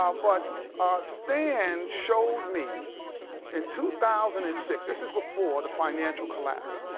ah but stan showed me in two thousand and six, this is before the financial collapse,